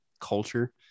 culture